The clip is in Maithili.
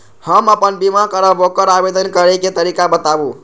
हम आपन बीमा करब ओकर आवेदन करै के तरीका बताबु?